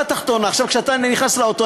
כשאתה נכנס לאוטו,